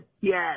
Yes